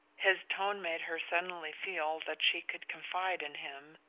his tone made her suddenly feel that she could confide in him,